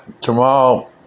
tomorrow